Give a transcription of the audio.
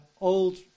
old